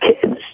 kids